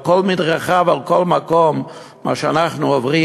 על כל מדרכה ועל כל מקום מה שאנחנו עוברים